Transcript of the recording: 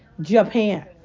Japan